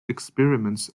experiments